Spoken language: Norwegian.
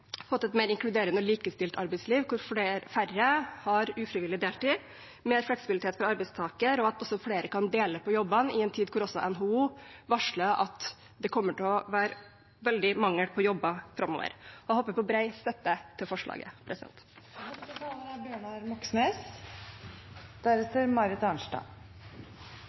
et mer inkluderende, likestilt arbeidsliv, hvor færre har ufrivillig deltid, mer fleksibilitet for arbeidstaker, og at flere kan dele på jobbene i en tid hvor også NHO varsler at det kommer til å være veldig mangel på jobber framover. Jeg håper på bred støtte til forslaget.